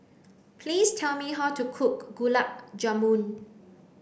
please tell me how to cook Gulab Jamun